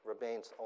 remains